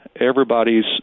Everybody's